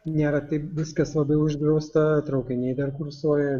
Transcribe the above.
nėra taip viskas labai uždrausta traukiniai dar kursuoja